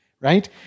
right